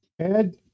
Ed